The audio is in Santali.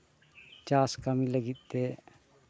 ᱪᱟᱥ ᱠᱟᱹᱢᱤ ᱞᱟᱹᱜᱤᱫ ᱛᱮ